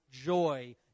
joy